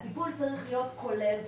הטיפול צריך להיות כולל.